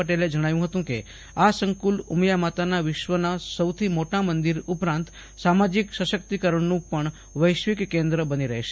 પટેલે જણાવ્યું હતું કે આ સંકુલ ઉમિયા માતાના વિશ્વના સૌથી મોટા મંદિર ઉપરાંત સામાજિક સશક્તિકરણનું પણ વૈશ્વિક કેન્દ્ર બની રહેશે